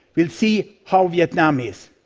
we will see how vietnam is.